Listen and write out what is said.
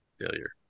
failure